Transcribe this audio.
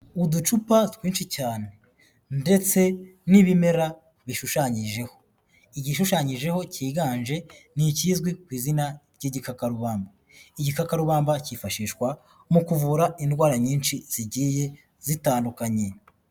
Uducupa twinshi cyane ndetse n'ibimera bishushanyijeho, igishushanyijeho cyiganje ni ikizwi ku izina ry'igikakarubamba. Igikakarubamba cyifashishwa mu kuvura indwara nyinshi zigiye zitandukanye.